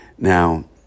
Now